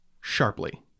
sharply